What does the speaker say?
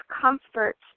comfort